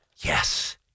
yes